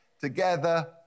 together